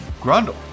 Grundle